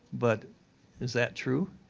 but is that true?